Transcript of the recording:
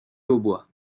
hautbois